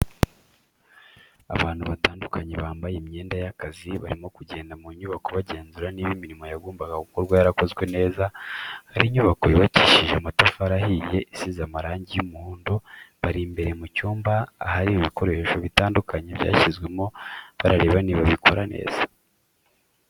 Abantu batandukanye bambaye imyenda y'akazi barimo kugenda mu nyubako bagenzura niba imirimo yagombaga gukorwa yarakozwe neza, hari inyubako yubakishije amatafari ahiye isize amarangi y'umuhondo, bari imbere mu cyumba ahari ibikoresho bitandukanye byashyizwemo barareba niba bikora neza.